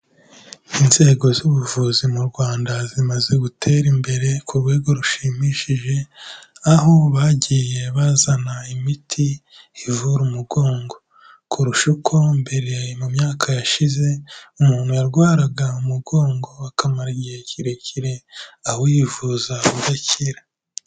Inzego z'ubuvuzi mu Rwanda zimaze gutera imbere ku rwego rushimishije, aho bagiye bazana imiti ivura umugongo kurusha uko mbere mu myaka yashize umuntu yarwaraga umugongo akamara igihe kirekire awivuza udakira.